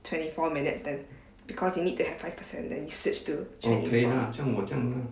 twenty four minutes then because you need to have five percent then you switch to chinese more